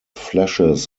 flashes